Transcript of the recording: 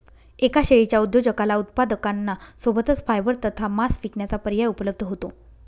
एका शेळीच्या उद्योजकाला उत्पादकांना सोबतच फायबर तथा मांस विकण्याचा पर्याय उपलब्ध होतो